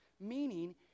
meaning